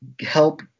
help